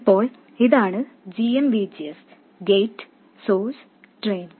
ഇപ്പോൾ ഇതാണ് gm VGS gate source drain എന്നിവ